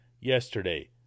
yesterday